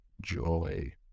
joy